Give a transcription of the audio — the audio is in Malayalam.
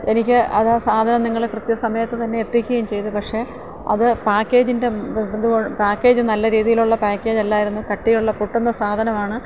എനിക്ക് അതാ സാധനം നിങ്ങൾ കൃത്യ സമയത്ത് തന്നെ എത്തിക്കേം ചെയ്തു പക്ഷേ അത് പാക്കേജിൻ്റെ ഇത് കൊണ്ട് പാക്കേജ് നല്ല രീതിയിലുള്ള പാക്കേജല്ലായിരുന്നു കട്ടിയുള്ള പൊട്ടുന്ന സാധനമാണ്